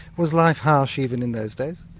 was life harsh even in those days?